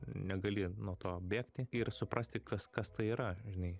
negali nuo to bėgti ir suprasti kas kas tai yra žinai